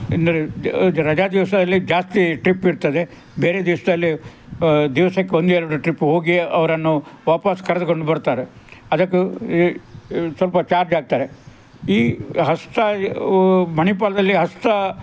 ಎಂದರೆ ರಜಾ ದಿವಸದಲ್ಲಿ ಜಾಸ್ತಿ ಟ್ರಿಪ್ಪಿರ್ತದೆ ಬೇರೆ ದಿವ್ಸದಲ್ಲಿ ದಿವ್ಸಕ್ಕೆ ಒಂದೆರಡು ಟ್ರಿಪ್ ಹೋಗಿ ಅವರನ್ನು ವಾಪಸ್ ಕರ್ದುಕೊಂಡು ಬರ್ತಾರೆ ಅದಕ್ಕೆ ಸ್ವಲ್ಪ ಚಾರ್ಜ್ ಹಾಕ್ತಾರೆ ಈ ಹಸ್ತ ಮಣಿಪಾಲದಲ್ಲಿ ಹಸ್ತ